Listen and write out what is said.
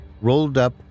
rolled-up